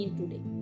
today